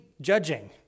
judging